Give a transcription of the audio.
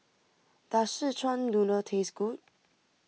does Szechuan Noodle taste good